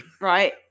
right